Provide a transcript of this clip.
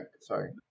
sorry